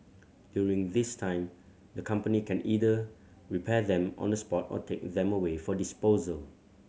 during this time the company can either repair them on the spot or take them away for disposal